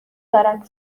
دارد